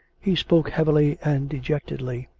he spoke heavily and dejectedly.